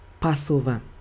Passover